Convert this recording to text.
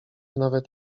nawet